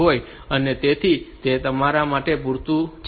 તેથી તે મારા માટે પૂરતું છે